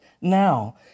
now